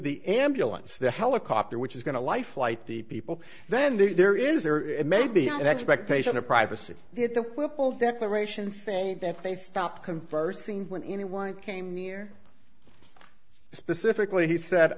the ambulance the helicopter which is going to life flight the people then there is there may be an expectation of privacy if the whipple declaration saying that they stopped conversing when anyone came near specifically he said